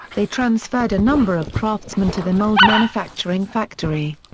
they transferred a number of craftsmen to the mold manufacturing factory.